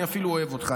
אני אפילו אוהב אותך.